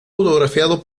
autografiado